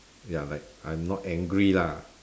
ya like I'm not angry lah